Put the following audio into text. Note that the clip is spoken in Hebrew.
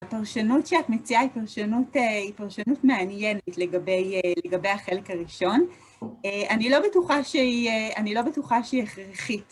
הפרשנות שאת מציעה היא פרשנות מעניינת לגבי החלק הראשון. אני לא בטוחה שהיא, אני לא בטוחה שהיא הכרחית.